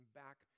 back